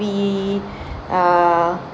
fee err